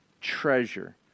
treasure